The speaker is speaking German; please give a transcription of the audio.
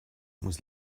muss